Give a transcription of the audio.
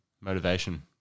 Motivation